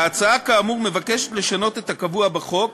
ההצעה, כאמור, מבקשת לשנות את הקבוע בחוק